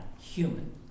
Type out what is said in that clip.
human